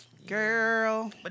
Girl